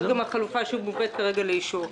יש עכשיו גם את החלופה שמובאת כרגע לאישור.